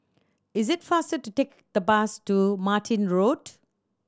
is it faster to take the bus to Martin Road